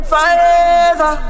Forever